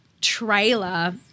trailer